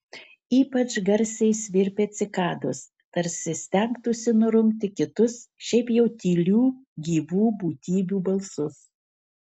ypač garsiai svirpia cikados tarsi stengtųsi nurungti kitus šiaip jau tylių gyvų būtybių balsus